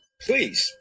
please